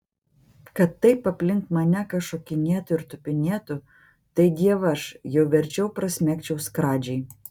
kad taip aplink mane kas šokinėtų ir tupinėtų tai dievaž jau verčiau prasmegčiau skradžiai